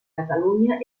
catalunya